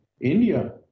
India